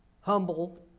humble